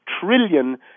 trillion